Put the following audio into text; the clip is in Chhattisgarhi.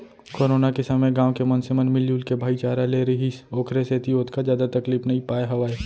कोरोना के समे गाँव के मनसे मन मिलजुल के भाईचारा ले रिहिस ओखरे सेती ओतका जादा तकलीफ नइ पाय हावय